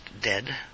dead